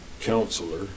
counselor